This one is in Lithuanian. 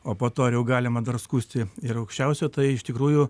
o po to ar jau galima dar skųsti ir aukščiausio tai iš tikrųjų